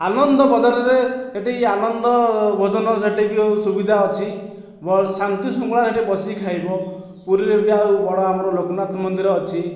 ଆନନ୍ଦବଜାରରେ ସେଠି ଆନନ୍ଦ ଭୋଜନର ସେଠି ବି ହେଉ ସୁବିଧା ଅଛି ଶାନ୍ତି ଶୃଙ୍ଖଳାରେ ସେଠି ବସିକି ଖାଇବ ପୁରୀରେ ବି ଆଉ ବଡ଼ ଆମର ଲୋକନାଥ ମନ୍ଦିର ଅଛି